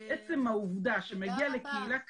עצם העובדה שלקהילה כזו,